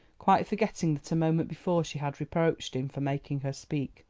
quite forgetting that a moment before she had reproached him for making her speak.